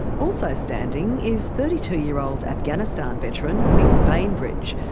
also standing is thirty two year old afghanistan veteran mick bainbridge,